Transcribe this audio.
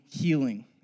healing